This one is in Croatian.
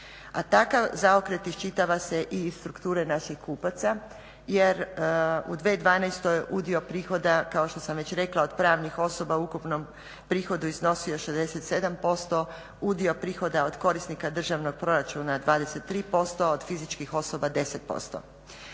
a takav zaokret iščitava se iz strukture naših kupaca jer u 2012.je udio prihoda kao što sam već rekla od pravnih osoba u ukupnom prihodu iznosio 67%, udio prihoda od korisnika državnog proračuna 23%, a od fizičkih osoba 10%.